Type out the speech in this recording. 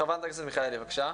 חברת הכנסת מיכאלי, בבקשה.